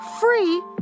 free